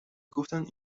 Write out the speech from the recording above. گفتند